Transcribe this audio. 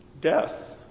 death